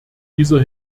dieser